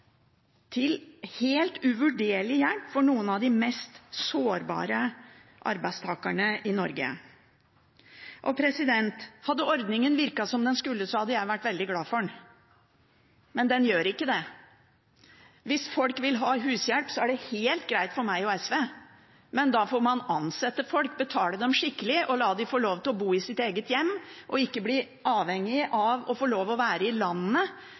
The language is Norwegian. til helt uvurderlig hjelp for noen av de mest sårbare arbeidstakerne i Norge. Hadde ordningen virket som den skulle, hadde jeg vært veldig glad for den, men den gjør ikke det. Hvis folk vil ha hushjelp, er det helt greit for meg og SV, men da får man ansette folk, betale dem skikkelig og la dem få lov til å bo i sitt eget hjem, og ikke la dem bli avhengig av å måtte danse etter arbeidsgiverens pipe for å få lov til å være i landet.